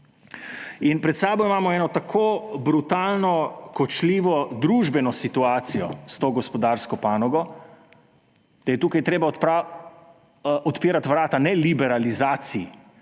In pred sabo imamo eno tako brutalno, kočljivo družbeno situacijo s to gospodarsko panogo, da je tukaj treba odpirati vrata ne liberalizaciji,